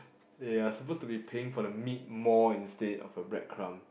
ya supposed to be paying for the meat more instead of the breadcrumb